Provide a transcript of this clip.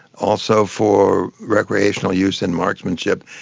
also for recreational use and marksmanship,